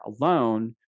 alone